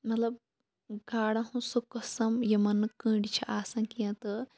مطلب گاڈَن ہُںٛد سُہ قٕسٕم یِمَن نہٕ کٔنٛڈۍ چھِ آسان کینٛہہ تہٕ